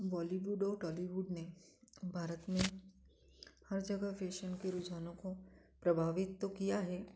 बॉलीवुड हो टॉलीवुड ने भारत में हर जगह फ़ैशन के रुझानों को प्रभावित तो किया है